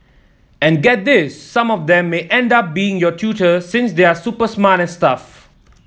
and get this some of them may end up being your tutor since they're super smart and stuff